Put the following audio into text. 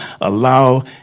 allow